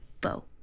bow